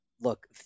Look